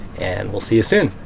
and we'll see you soon.